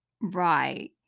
right